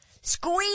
Squeeze